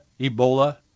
Ebola